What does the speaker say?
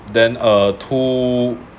then uh two